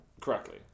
correctly